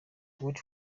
word